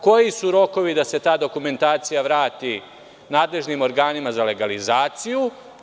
Koji su rokovi da se ta dokumentacija vrati nadležnim organima za legalizaciju?